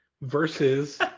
versus